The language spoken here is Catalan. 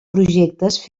projectes